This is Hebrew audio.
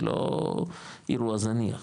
זה לא אירוע זניח,